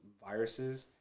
viruses